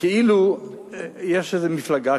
כאילו יש איזו מפלגה,